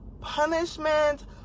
punishment